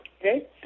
okay